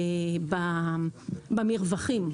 במרווחים.